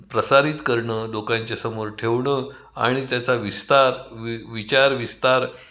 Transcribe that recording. प्रसारित करणं लोकांच्यासमोर ठेवणं आणि त्याचा विस्तार वि विचारविस्तार